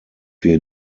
wir